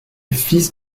fils